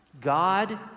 God